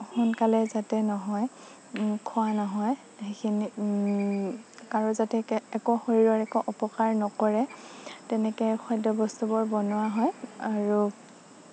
সোনকালে যাতে নহয় খোৱা নহয় সেইখিনি আৰু যাতে একো শৰীৰৰ একো অপকাৰ নকৰে তেনেকৈ খাদ্যবস্তুবোৰ বনোৱা হয় আৰু